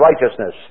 righteousness